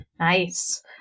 Nice